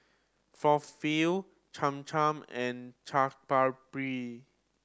Falafel Cham Cham and Chaat Papri